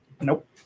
Nope